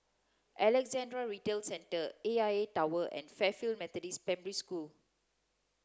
Alexandra Retail Centre A I A Tower and Fairfield Methodist School